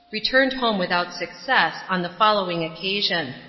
returned home without success, on the following occasion